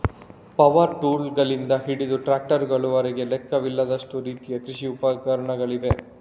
power ಟೂಲ್ಗಳಿಂದ ಹಿಡಿದು ಟ್ರಾಕ್ಟರುಗಳವರೆಗೆ ಲೆಕ್ಕವಿಲ್ಲದಷ್ಟು ರೀತಿಯ ಕೃಷಿ ಉಪಕರಣಗಳಿವೆ